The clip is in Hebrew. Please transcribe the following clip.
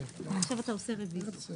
עכשיו אתה מצביע על הרוויזיות.